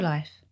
Life